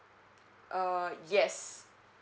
uh yes